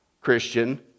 Christian